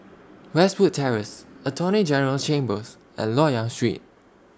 Westwood Terrace Attorney General's Chambers and Loyang Street